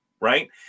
right